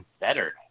better